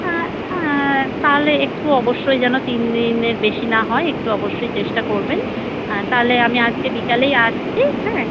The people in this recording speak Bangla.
অ্যাঁ হ্যাঁ তাহলে একটু অবশ্যই যেন তিন দিনের বেশি না হয় একটু অবশ্যই চেষ্টা করবেন তাহলে আমি আজকে বিকালেই আসছি হ্যাঁ